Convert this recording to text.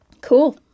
Cool